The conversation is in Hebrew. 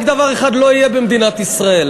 רק דבר אחד לא יהיה במדינת ישראל,